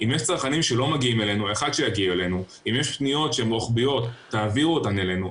אם יש פניות שהן רוחביות, תעבירו אותן אלינו.